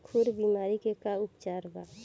खुर बीमारी के का उपचार बा?